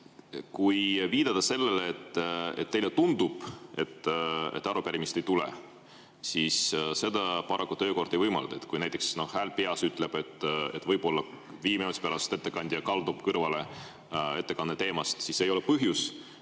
küsin. Viidata sellele, et teile tundub, et arupärimist ei tule, paraku töökord ei võimalda. Kui näiteks hääl peas ütleb, et võib-olla viie minuti pärast ettekandja kaldub kõrvale ettekande teemast, siis see ei ole põhjus,